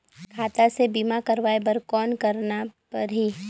खाता से बीमा करवाय बर कौन करना परही?